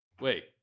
wait